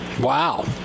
Wow